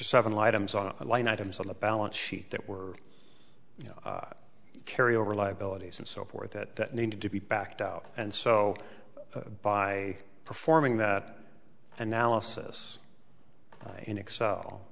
line items on the balance sheet that were carry over liabilities and so forth that needed to be backed out and so by performing that analysis in excel